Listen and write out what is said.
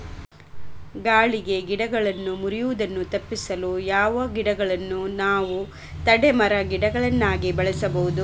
ಗಾಳಿಗೆ ಗಿಡಗಳು ಮುರಿಯುದನ್ನು ತಪಿಸಲು ಯಾವ ಗಿಡಗಳನ್ನು ನಾವು ತಡೆ ಮರ, ಗಿಡಗಳಾಗಿ ಬೆಳಸಬಹುದು?